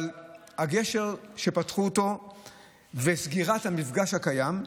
אבל הגשר שפתחו וסגירת המפגש הקיים,